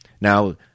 Now